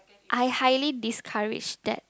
I highly discouraged that